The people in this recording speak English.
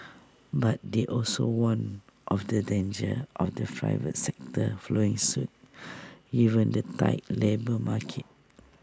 but they also warned of the danger of the private sector following suit given the tight labour market